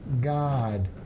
God